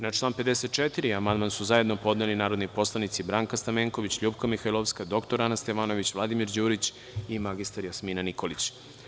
Na član 54. amandman su zajedno podneli narodni poslanici Branka Stamenković, LJupka Mihajlovska, dr Ana Stevanović, Vladimir Đurić i mr Jasmina Nikolić.